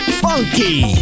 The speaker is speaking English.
funky